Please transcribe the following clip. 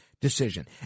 decision